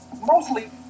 Mostly